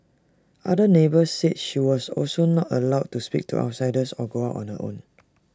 other neighbours said she was also not allowed to speak to outsiders or go out on her own